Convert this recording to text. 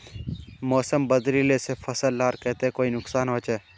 मौसम बदलिले से फसल लार केते कोई नुकसान होचए?